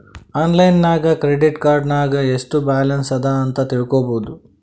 online app ನಾಗ್ credit card ನಾಗ್ ಎಸ್ಟ್ ಬ್ಯಾಲನ್ಸ್ ಅದಾ ಅಂತ್ ತಿಳ್ಕೊಬೋದು